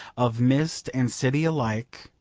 of mist and city alike,